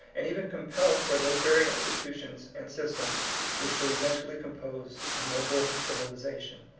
and even compelled toward those very institutions and systems which will eventually compose a noble civilization.